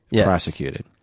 prosecuted